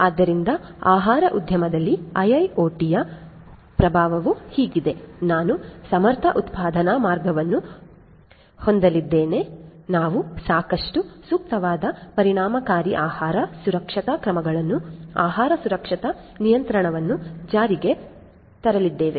ಆದ್ದರಿಂದ ಆಹಾರ ಉದ್ಯಮದಲ್ಲಿ IIoT ಯ ಪ್ರಭಾವವು ಹೀಗಿದೆ ನಾವು ಸಮರ್ಥ ಉತ್ಪಾದನಾ ಮಾರ್ಗವನ್ನು ಹೊಂದಲಿದ್ದೇವೆ ನಾವು ಸಾಕಷ್ಟು ಸೂಕ್ತವಾದ ಪರಿಣಾಮಕಾರಿ ಆಹಾರ ಸುರಕ್ಷತಾ ಕ್ರಮಗಳನ್ನು ಆಹಾರ ಸುರಕ್ಷತಾ ನಿಯಂತ್ರಣವನ್ನು ಜಾರಿಗೆ ತರಲಿದ್ದೇವೆ